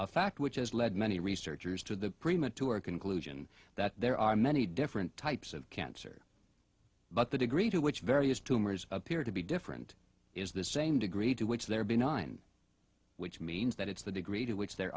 fact which has led many researchers to premature conclusion that there are many different types of cancer but the degree to which various tumors appear to be different is the same degree to which they're benign which means that it's the degree to which there